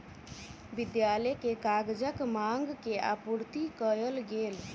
विद्यालय के कागजक मांग के आपूर्ति कयल गेल